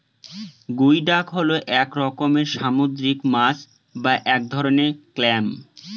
গুই ডাক হল এক রকমের সামুদ্রিক মাছ বা এক ধরনের ক্ল্যাম